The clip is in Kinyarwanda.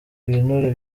ibinure